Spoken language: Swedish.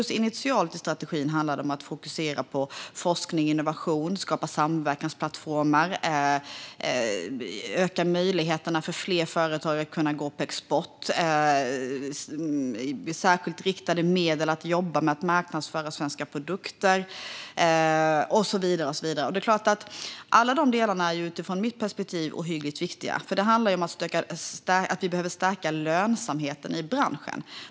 Initialt i strategin handlar det mycket om att fokusera på forskning och innovation, om att skapa samverkansplattformar, om att öka möjligheterna för fler företag att gå på export, om särskilt riktade medel för att jobba med att marknadsföra svenska produkter och så vidare. Det är klart att alla de delarna är ohyggligt viktiga utifrån mitt perspektiv. Det handlar om att vi behöver stärka lönsamheten i branschen.